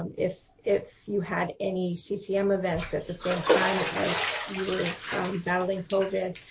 um if if you had any ccm events at the same time as you were battling covid.